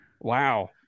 Wow